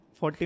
40